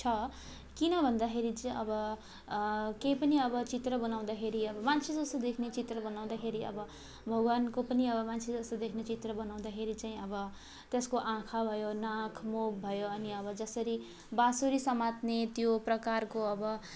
छ किन भन्दाखेरि चाहिँ अब केही पनि अब चित्र बनाउँदाखेरि अब मान्छे जस्तो देखिने चित्र बनाउँदाखेरि अब भगवानको पनि अब मान्छे जस्तो देख्ने चित्र बनाउँदाखेरि चाहिँ अब त्यसको आँखा भयो नाक मुख भयो अनि अब जसरी बाँसुरी समात्ने त्यो प्रकारको अब